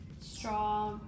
Straw